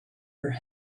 her